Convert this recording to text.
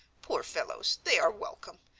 poor fellows, they are welcome,